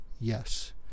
yes